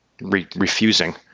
refusing